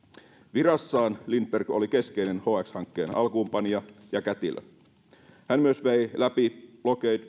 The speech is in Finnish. virassaan lindberg oli keskeinen hx hankkeen alkuunpanija ja kätilö hän myös vei läpi lockheed